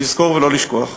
לזכור ולא לשכוח.